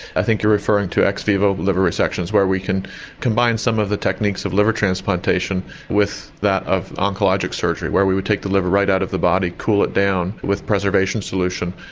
i think you're referring to ex vivo liver resections where we can combine some of the techniques of liver transplantation with that of oncologic surgery where we would take the liver right out of the body, cool it down with preservation solution,